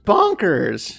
Bonkers